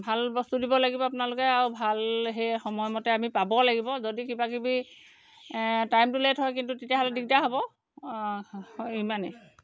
ভাল বস্তু দিব লাগিব আপোনালোকে আৰু ভাল সেই সময়মতে আমি পাব লাগিব যদি কিবা কিবি টাইমটো লেট হয় কিন্তু তেতিয়াহ'লে দিগদাৰ হ'ব অঁ ইমানেই